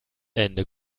ende